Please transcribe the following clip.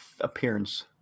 appearance